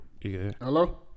Hello